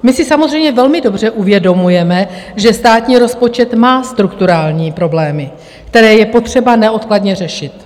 My si samozřejmě velmi dobře uvědomujeme, že státní rozpočet má strukturální problémy, které je potřeba neodkladně řešit.